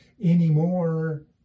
anymore